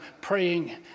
praying